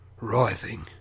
writhing